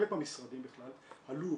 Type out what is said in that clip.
חלק מהמשרדים בכלל עלו